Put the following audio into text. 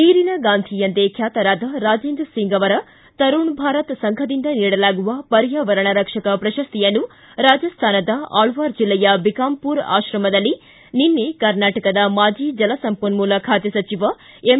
ನೀರಿನ ಗಾಂಧಿ ಎಂದೇ ಬ್ಯಾತರಾದ ರಾಜೇಂದ್ರ ಸಿಂಗ್ ಅವರ ತರುಣ್ ಭಾರತ್ ಸಂಘದಿಂದ ನೀಡಲಾಗುವ ಪರ್ಯಾವರಣ ರಕ್ಷಕ ಪ್ರಶಸ್ತಿಯನ್ನು ರಾಜಸ್ಥಾನದ ಆಳ್ವಾರ್ ಜಿಲ್ಲೆಯ ಬಿಕಾಂಪುರ ಆಶ್ರಮದಲ್ಲಿ ನಿನ್ನೆ ಕರ್ನಾಟಕದ ಮಾಜಿ ಜಲಸಂಪನ್ಮೂಲ ಖಾತೆ ಸಚಿವ ಎಂ